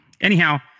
Anyhow